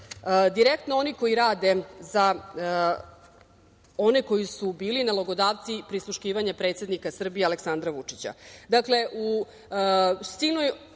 direktno oni koji rade za one koji su bili nalogodavci prisluškivanja predsednika Srbije, Aleksandra Vučića. Dakle, u silnoj